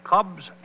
Cubs